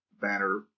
banner